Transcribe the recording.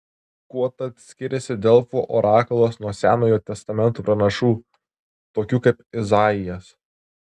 kuo tad skiriasi delfų orakulas nuo senojo testamento pranašų tokių kaip izaijas